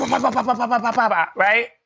Right